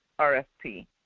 RFP